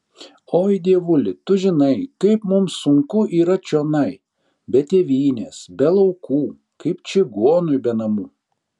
oi dievuli tu žinai kaip mums sunku yra čionai be tėvynės be laukų kaip čigonui be namų